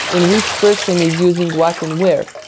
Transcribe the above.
in which person is using what and where?